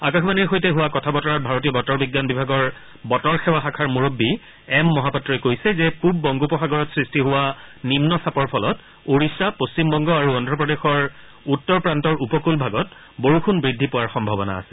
আকাশবাণীৰ সৈতে হোৱা কথা বতৰাত ভাৰতীয় বতৰ বিজ্ঞান বিভাগৰ বতৰ সেৱা শাখাৰ মূৰববী এম মহাপাত্ৰই কৈছে যে পূব বংগোপ সাগৰত সৃষ্টি হোৱা নিম্ন চাপৰ ফলত ওড়িশা পশ্চিমবংগ আৰু অদ্ধপ্ৰদেশৰ উত্তৰ প্ৰান্তৰ উপকূল ভাগত বৰষুণ বৃদ্ধি পোৱাৰ সম্ভাৱনা আছে